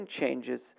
changes